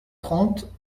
trente